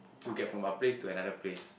to get from a place to another place